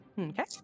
Okay